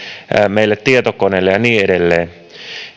meille tietokoneelle ja niin edelleen